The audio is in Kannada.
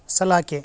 ಸಲಾಕೆ